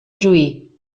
juí